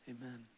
Amen